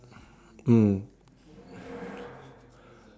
mm